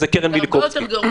זה קרן מיליקובסקי.